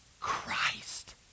Christ